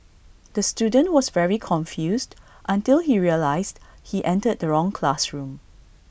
the student was very confused until he realised he entered the wrong classroom